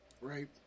Right